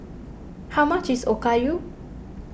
how much is Okayu